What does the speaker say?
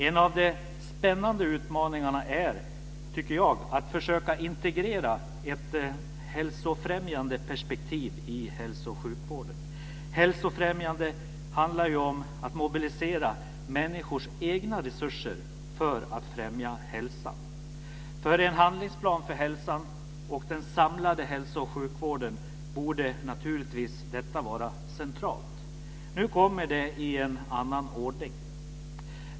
En av de spännande utmaningarna tycker jag är att försöka integrera ett hälsofrämjande perspektiv i hälso och sjukvården. Hälsofrämjande handlar ju om att mobilisera människors egna resurser för att främja hälsan. För en handlingsplan för hälsan och den samlade hälso och sjukvården borde detta naturligtvis vara centralt. Nu kommer det i en annan ordning.